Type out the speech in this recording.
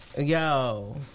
Yo